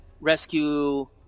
rescue